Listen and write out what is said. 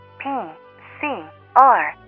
p-c-r-